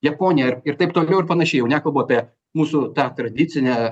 japoniją ir taip toliau ir panašiai jau nekalbu apie mūsų tą tradicinę